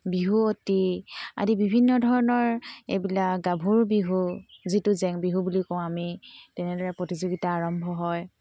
বিহুৱতী আদি বিভিন্ন ধৰণৰ এইবিলাক গাভৰু বিহু যিটো জেং বিহু বুলিও কওঁ আমি তেনেদৰে প্ৰতিযোগিতা আৰম্ভ হয়